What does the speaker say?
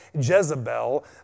Jezebel